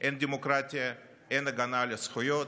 אין דמוקרטיה, אין הגנה על הזכויות,